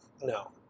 No